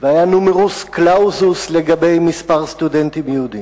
והיה נומרוס קלאוזוס לגבי מספר הסטודנטים היהודים,